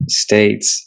states